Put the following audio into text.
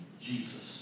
Jesus